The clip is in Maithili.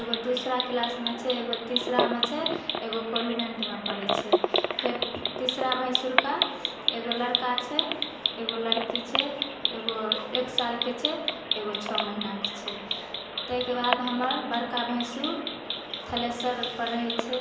एगो दूसरा क्लासमे छै एगो तीसरामे छै एगो कॉन्वेन्टमे पढ़ैत छै फेर तीसरा भैंसुरके एगो लड़का छै एगो लड़की छै एगो एक सालके छै एगो छओ महीनाके छै ताहिकेबाद हमर बड़का भैंसुर थलेशर पर रहैत छै